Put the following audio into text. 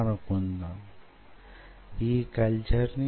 అప్పుడది మళ్లీ వంగుతుంది